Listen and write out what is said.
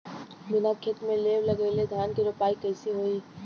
बिना खेत में लेव लगइले धान के रोपाई कईसे होई